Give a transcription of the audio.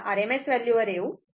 आता RMS value वर येऊ